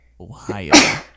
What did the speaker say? Ohio